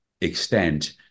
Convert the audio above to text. extent